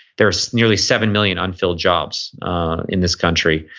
there are nearly seven million unfilled jobs in this country,